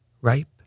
ripe